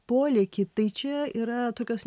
polėkį tai čia yra tokios